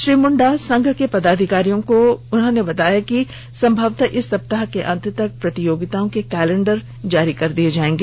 श्री मुंडा संघ के पदाधिकारियों को बताया कि संभवतः इस सप्ताह के अंत तक प्रतियोगिताओं के कैलेंडर जारी कर दी जाएगी